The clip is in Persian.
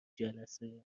جلسه